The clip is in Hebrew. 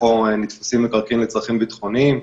שמכוחו נתפסים מקרקעין לצרכים ביטחוניים,